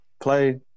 play